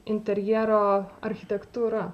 interjero architektūra